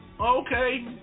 okay